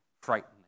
frightening